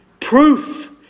proof